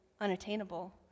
unattainable